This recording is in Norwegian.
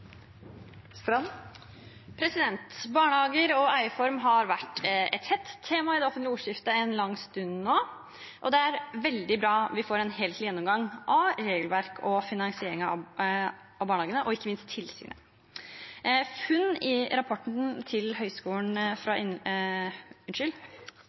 Barnehager og eierform har vært et hett tema i det offentlige ordskiftet en lang stund nå, og det er veldig bra at vi får en helhetlig gjennomgang av regelverk og finansieringen av barnehagene og ikke minst tilsynet. Funn i rapporten fra Høgskolen